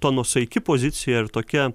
ta nuosaiki pozicija ir tokia